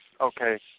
okay